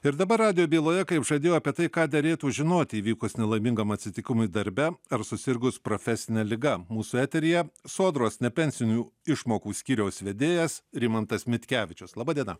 ir dabar radijo byloje kaip žadėjau apie tai ką derėtų žinoti įvykus nelaimingam atsitikimui darbe ar susirgus profesine liga mūsų eteryje sodros nepensinių išmokų skyriaus vedėjas rimantas mitkevičius laba diena